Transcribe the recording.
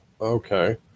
Okay